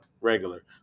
regular